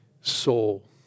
soul